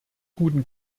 guten